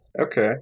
Okay